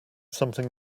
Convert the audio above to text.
something